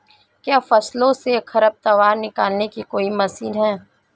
क्या फसलों से खरपतवार निकालने की कोई मशीन है?